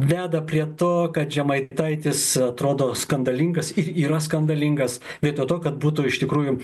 veda prie to kad žemaitaitis atrodo skandalingas ir yra skandalingas vietoj to kad būtų iš tikrųjų